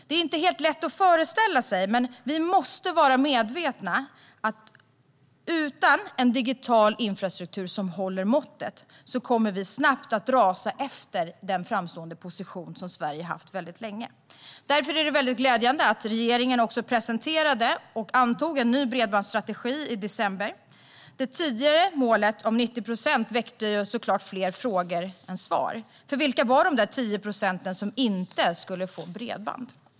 Det är inte helt lätt att föreställa sig, men vi måste vara medvetna om att utan en digital infrastruktur som håller måttet kommer Sverige snabbt att rasa från den framstående position som vi haft länge. Därför är det glädjande att regeringen presenterade och antog en ny bredbandsstrategi i december. Det tidigare målet om 90 procent väckte såklart fler frågor än svar. Vilka var de där 10 procenten som inte skulle få bredband?